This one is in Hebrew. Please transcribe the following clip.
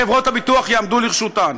חברות הביטוח יעמדו לרשותם?